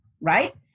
right